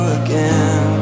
again